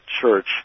church